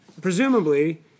presumably